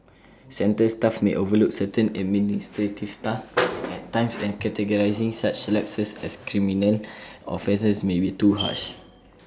centre staff may overlook certain administrative tasks at times and categorising such lapses as criminal offences may be too harsh